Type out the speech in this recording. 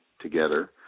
together